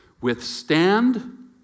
Withstand